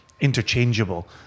interchangeable